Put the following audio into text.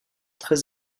très